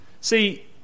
See